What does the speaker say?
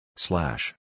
Slash